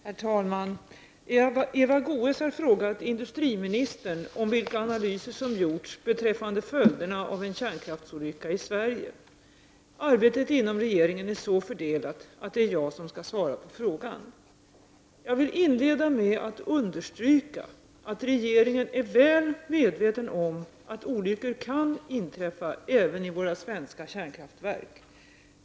Herr talman! Eva Goés har frågat industriministern om vilka analyser som gjorts beträffande följderna av en kärnkraftsolycka i Sverige. Arbetet inom regeringen är så fördelat att det är jag som skall svara på frågan. Jag vill inleda med att understryka att regeringen är väl medveten om att olyckor kan inträffa, även i våra svenska kärnkraftverk.